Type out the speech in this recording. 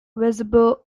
visible